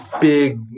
big